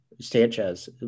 Sanchez